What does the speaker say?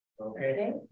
Okay